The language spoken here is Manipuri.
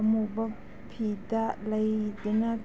ꯑꯃꯨꯕ ꯐꯤꯗ ꯂꯩꯗꯨꯅ